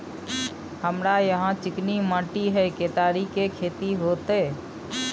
हमरा यहाँ चिकनी माटी हय केतारी के खेती होते?